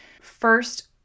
first